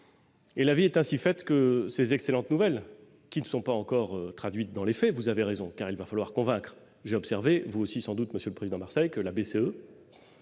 La vie est ainsi faite que ces excellentes nouvelles, qui ne sont pas encore traduites dans les faits- vous avez raison, car il va falloir convaincre, mais j'ai observé, vous aussi sans doute, monsieur le président Marseille, que la Banque